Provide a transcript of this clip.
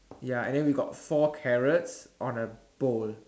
ya and then we got four carrots on a bowl